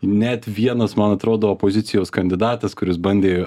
net vienas man atrodo opozicijos kandidatas kuris bandė